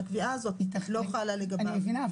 שהקבעה הזאת לא חלה לגביו --- אני מבינה,